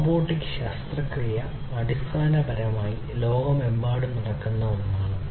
robotic ശസ്ത്രക്രിയ അടിസ്ഥാനപരമായി ലോകമെമ്പാടും നടക്കുന്ന ഒന്നാണ്